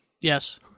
Yes